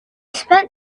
spent